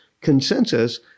consensus